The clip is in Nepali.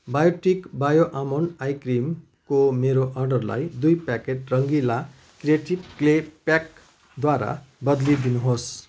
बायोटिक बायो आमोन्ड आई क्रिमको मेरो अर्डरलाई दुई प्याकेट रङ्गिला क्रिएटिभ क्ले प्याकद्वारा बदलिदिनुहोस्